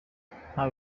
nta